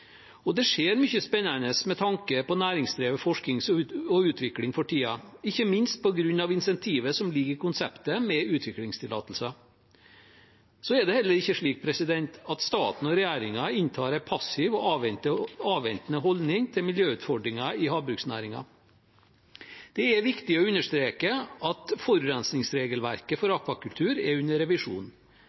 Og det skjer mye spennende med tanke på næringsdrevet forskning og utvikling for tiden, ikke minst på grunn av incentivet som ligger i konseptet med utviklingstillatelser. Så er det heller ikke slik at staten og regjeringen inntar en passiv og avventende holdning til miljøutfordringer i havbruksnæringen. Det er viktig å understreke at forurensningsregelverket for akvakultur er under revisjon.